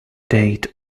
date